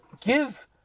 give